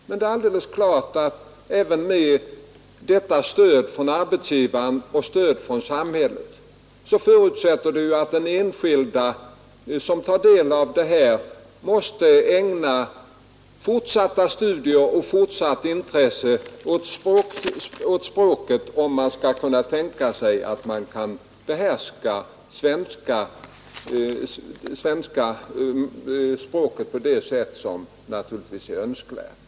Men även med detta stöd från arbetsgivaren och samhället måste man förutsätta att den enskilde som tar del av denna undervisning måste ägna fortsatta studier och fortsatt intresse åt språket, om han skall kunna behärska det på sådant sätt som naturligtvis är önskvärt.